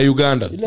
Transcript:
Uganda